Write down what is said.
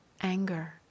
anger